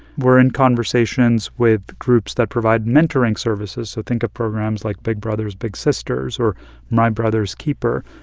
we're in conversations with groups that provide mentoring services. so think of programs like big brothers big sisters or my brother's keeper,